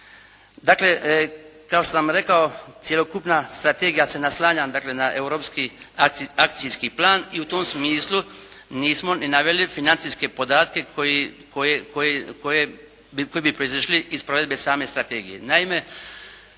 Dakle kao što sam rekao cjelokupna strategija se naslanja dakle na europski akcijski plan i u tom smislu nismo ni naveli financijske podatke koje, koji bi proizašli iz provedbe same strategije.